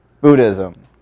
Buddhism